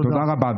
תודה רבה.